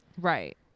Right